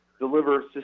deliver